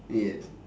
yes